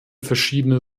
verschiedene